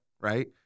Right